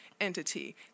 entity